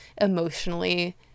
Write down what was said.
emotionally